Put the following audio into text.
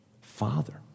father